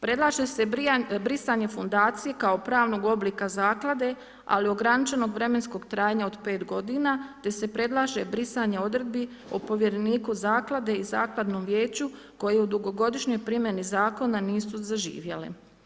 Predlaže se brisanje fundacije kao pravnog oblika zaklade, ali ograničenog vremenskog trajanja od 5 godina te se predlaže brisanje odredbi o povjereniku zaklade i zakladnom vijeću koje u dugogodišnjoj primjeni zakona nisu zaživjele.